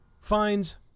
finds